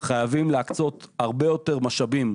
חייבים להקצות הרבה יותר משאבים,